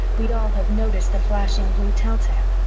we'd all have noticed the flashing blue telltale.